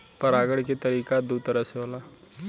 परागण के तरिका दू तरह से होला